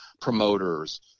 promoters